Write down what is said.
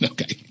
Okay